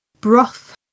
broth